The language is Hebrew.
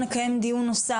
מתווה